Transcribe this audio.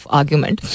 argument